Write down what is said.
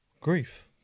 grief